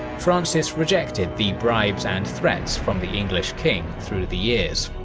francis rejected the bribes and threats from the english king through the years.